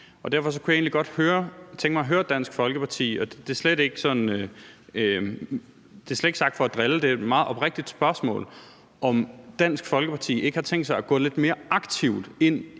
Derfor kunne jeg egentlig godt tænke mig at høre Dansk Folkeparti – og det er slet ikke sagt for at drille, det er et meget oprigtigt spørgsmål – om Dansk Folkeparti ikke har tænkt sig at gå lidt mere aktivt ind i